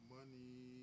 Money